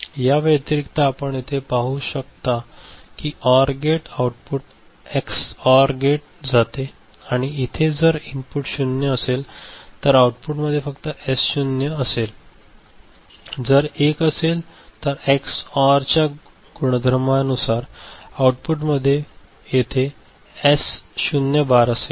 याव्यतिरिक्त आपण येथे पाहू शकता की OR gate output XOR गेटमधून जात आहे आणि इथे जर इनपुटवर 0 असेल तर आऊटपुटमध्ये फक्त S0 असेल आणि जर 1 असेल तर एक्स ऑर च्या गुणधर्मानुसार आउटपुट मध्ये येथे एस 0 बार असेल